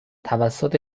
توسط